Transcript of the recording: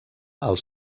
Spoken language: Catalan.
els